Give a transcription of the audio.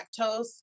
lactose